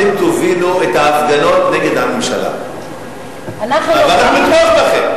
אתם תובילו את ההפגנות נגד הממשלה ואנחנו נתמוך בכם.